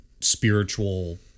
spiritual